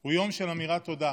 הוא יום של אמירת תודה,